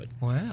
Wow